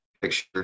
picture